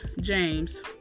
James